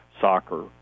soccer